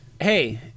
Hey